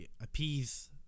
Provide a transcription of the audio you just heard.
appease